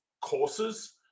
courses